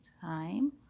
time